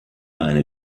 eine